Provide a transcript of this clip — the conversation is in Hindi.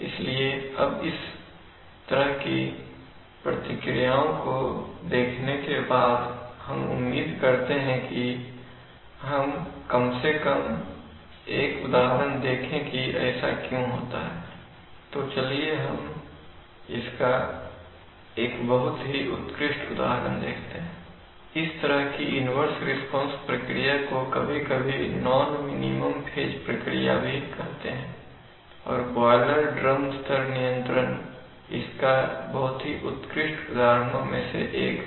इसलिए अब इस तरह की प्रतिक्रियाओं को देखने के बाद हम उम्मीद करते हैं कि हम कम से कम एक उदाहरण देखें कि ऐसा क्यों होता है तो चलिए हम इसका एक बहुत ही उत्कृष्ट उदाहरण देखते हैं इस तरह की इन्वर्स रिस्पांस प्रक्रिया को कभी कभी नॉन मिनिमम फेज प्रक्रिया भी कहते हैं और बॉयलर ड्रम स्तर नियंत्रण इसका बहुत ही उत्कृष्ट उदाहरणों में से एक है